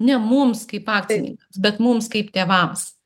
ne mums kaip akcininkams bet mums kaip tėvams